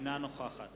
אינה נוכחת